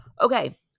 Okay